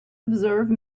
observe